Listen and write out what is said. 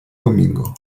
domingo